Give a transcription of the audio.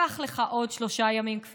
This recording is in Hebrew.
קח לך עוד שלושה ימים של התייעצויות,